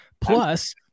Plus